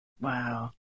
Wow